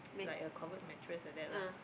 like a covert mattress like that lah